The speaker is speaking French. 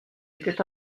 était